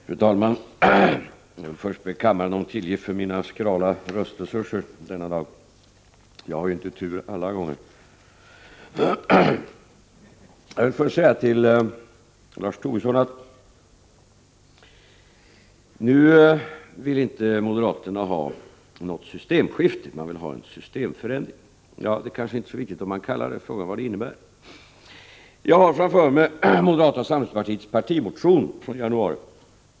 Fru talman! Jag vill först be kammaren om tillgift för mina skrala röstresurser denna dag — jag har inte tur alla gånger. Till Lars Tobisson vill jag först säga: Moderaterna vill alltså inte ha något systemskifte — man vill ha en systemförändring. Men det är kanske inte så viktigt vad man kallar det — frågan är vad det innebär. Jag har framför mig moderata samlingspartiets partimotion om den ekonomiska politiken från januari.